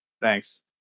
Thanks